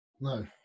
no